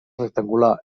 rectangular